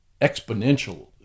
exponential